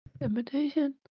Imitation